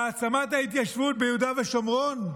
בהעצמת ההתיישבות ביהודה ושומרון?